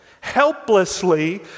helplessly